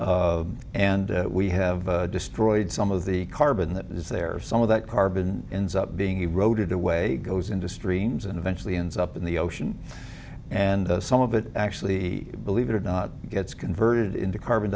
minerals and we have destroyed some of the carbon that is there some of that carbon ends up being eroded away goes into streams and eventually ends up in the ocean and some of it actually believe it or not gets converted into carbon